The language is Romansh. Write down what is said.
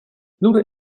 lura